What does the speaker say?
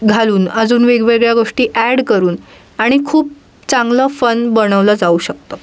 घालून अजून वेगवेगळ्या गोष्टी ॲड करून आणि खूप चांगलं फन बनवलं जाऊ शकतं